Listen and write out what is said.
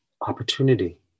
opportunity